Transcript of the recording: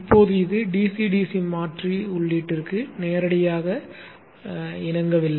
இப்போது இது DC DC மாற்றி உள்ளீட்டிற்கு நேரடியாக இணங்கவில்லை